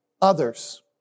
others